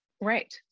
Right